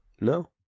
No